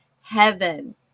heaven